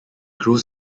grows